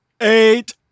Eight